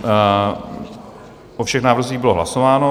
O všech návrzích bylo hlasováno.